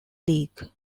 league